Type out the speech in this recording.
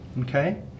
Okay